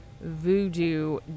voodoo